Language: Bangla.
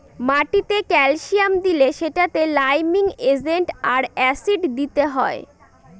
মাটিতে ক্যালসিয়াম দিলে সেটাতে লাইমিং এজেন্ট আর অ্যাসিড দিতে হয়